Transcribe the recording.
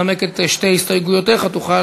חברת הכנסת אבקסיס,